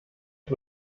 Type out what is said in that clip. ich